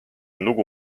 lugu